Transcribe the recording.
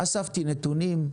אספתי נתונים,